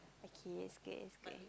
okay it's okay it's okay